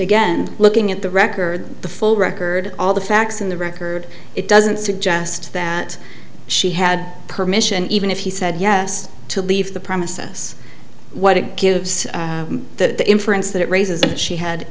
again looking at the record the full record all the facts in the record it doesn't suggest that she had permission even if he said yes to leave the premises what it gives the inference that it raises and she had